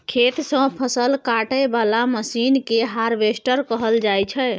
खेत सँ फसल काटय बला मशीन केँ हार्वेस्टर कहल जाइ छै